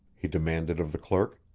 he demanded of the clerk.